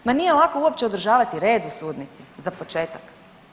Ma nije lako uopće održavati red u sudnici, za početak.